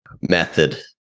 Method